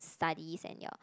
studies and your